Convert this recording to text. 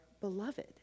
beloved